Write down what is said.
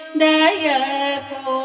dayako